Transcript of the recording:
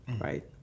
right